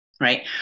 Right